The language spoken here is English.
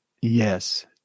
Yes